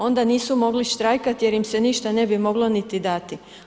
Onda nisu mogli štrajkati jer im se ništa ne bi moglo niti dati.